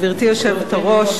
גברתי היושבת-ראש,